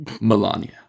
Melania